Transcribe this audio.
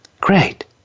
great